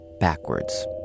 backwards